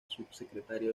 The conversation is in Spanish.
subsecretario